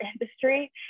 industry